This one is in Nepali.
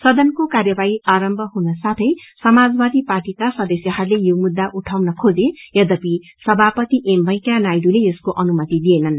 सदनको कार्यवाही आरम्भ हुनसाथै समाजवादी पार्टीका सदस्यहरूले यो मुद्दा उइाउन खोजे यद्यपि सभापति एम वेकैया नायडूले यसको अनुमति दिएननु